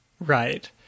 Right